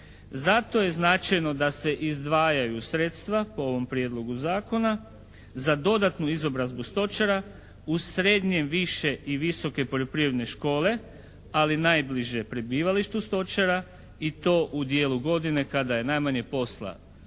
Zato je značajno da se izdvajaju sredstva po ovom Prijedlogu zakona za dodatnu izobrazbu stočara u srednje, više i visoke poljoprivredne škole, ali najbliže prebivalištu stočara i to u dijelu godine kada je najmanje posla